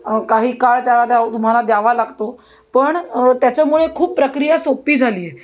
काही काळ तुम्हाला द्यावा लागतो पण त्याच्यामुळे खूप प्रक्रिया सोपी झाली आहे